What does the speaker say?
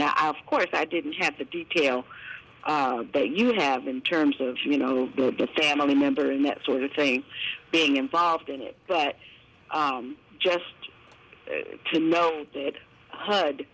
now of course i didn't have the detail that you have in terms of you know the family member and that sort of thing being involved in it but just to know